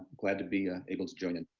glad to be ah able to join in.